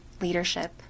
leadership